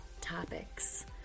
topics